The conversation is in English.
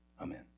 amen